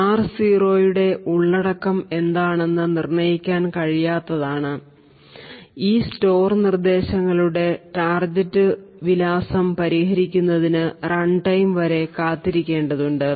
R0 ന്റെ ഉള്ളടക്കം എന്താണെന്ന് നിർണ്ണയിക്കാൻ കഴിയാത്തതാണ് ഈ STORE നിർദ്ദേശങ്ങളുടെ ടാർഗെറ്റ് വിലാസം പരിഹരിക്കുന്നതിന് റൺടൈം വരെ കാത്തിരിക്കേണ്ടതുണ്ട്